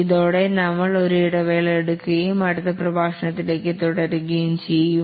ഇതോടെ നമ്മൾ ഒരു ഇടവേള എടുക്കുകയും അടുത്ത പ്രഭാഷണത്തിൽ തുടരുകയും ചെയ്യും